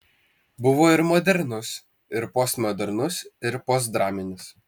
buvo ir modernus ir postmodernus ir postdraminis